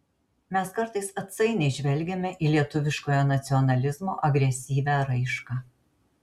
mes kartais atsainiai žvelgiame į lietuviškojo nacionalizmo agresyvią raišką